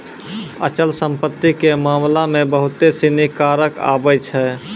अचल संपत्ति के मामला मे बहुते सिनी कारक आबै छै